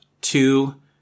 two